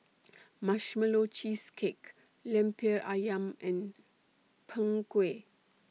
Marshmallow Cheesecake Lemper Ayam and Png Kueh